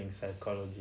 psychology